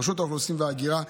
רשות האוכלוסין וההגירה,